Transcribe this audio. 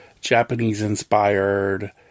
Japanese-inspired